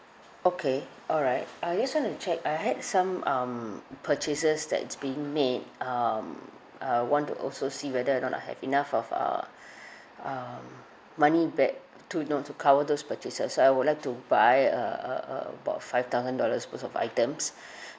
okay alright I just want to check I had some um purchases that's being made um I want to also see whether or not I have enough of uh um money back to you know to cover those purchases I would like to buy a~ a~ a~ about five thousand dollars worth of items